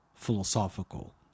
Philosophical